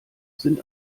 sind